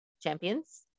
Champions